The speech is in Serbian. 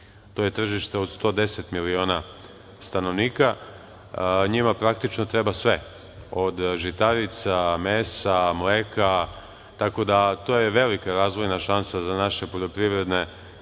To je tržište od 110 miliona stanovnika. Njima praktično treba sve od žitarica, mesa, mleka. Tako da, to je velika razvojna šansa za naše poljoprivredne